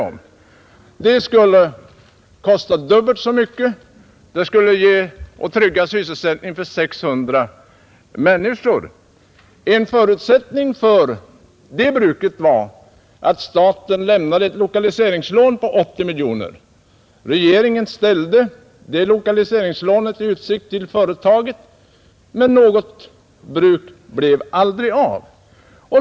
Detta bruk skulle kosta dubbelt så mycket, eller 435 miljoner kronor, och trygga sysselsättningen för 600 anställda. En förutsättning för bruket var att staten lämnade ett lokaliseringslån på 80 miljoner kronor. Regeringen ställde det lokaliseringslånet i utsikt för företaget, men något bruk blev aldrig av.